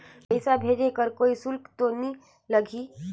पइसा भेज कर कोई शुल्क तो नी लगही?